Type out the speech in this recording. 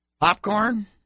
popcorn